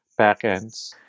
backends